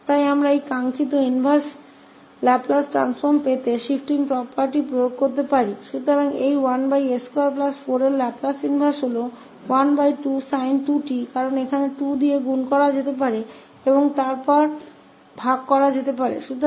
तोयह लाप्लास प्रतिलोम 1s24 का 12sin 2𝑡 है क्योंकि कोई वहां 2 को गुणा कर सकता है और वहां 2 से भाग दे सकता है